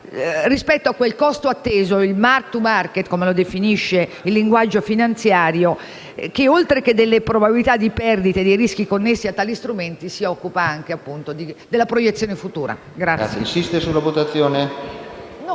rispetto a quel costo atteso (il *mark to market*, come lo definisce il linguaggio finanziario) il quale, oltre che della probabilità di perdite e dei rischi connessi a tali strumenti, si occupa anche della proiezione futura. Chiedo che l'ordine del